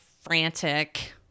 frantic